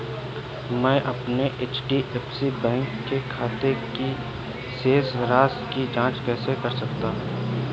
मैं अपने एच.डी.एफ.सी बैंक के खाते की शेष राशि की जाँच कैसे कर सकता हूँ?